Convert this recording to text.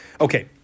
Okay